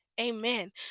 amen